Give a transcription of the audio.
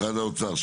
משרד האוצר.